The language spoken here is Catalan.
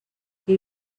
qui